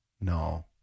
No